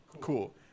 Cool